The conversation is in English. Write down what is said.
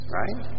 right